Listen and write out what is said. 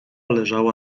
leżała